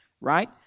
right